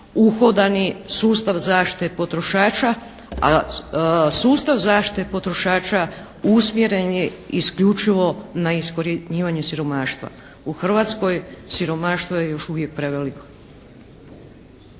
uhodani sustav zaštite potrošača, a sustav zaštite potrošača usmjeren je isključivo na iskorjenjivanje siromaštva. U Hrvatskoj siromaštvo je još uvijek preveliko.